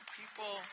people